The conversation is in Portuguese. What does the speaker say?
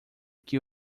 que